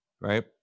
right